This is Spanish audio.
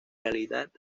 realidad